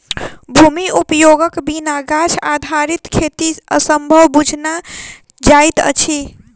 भूमि उपयोगक बिना गाछ आधारित खेती असंभव बुझना जाइत अछि